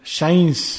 Shines